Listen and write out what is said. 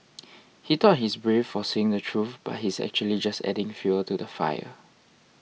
he thought he's brave for saying the truth but he's actually just adding fuel to the fire